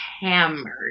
hammered